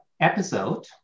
Episode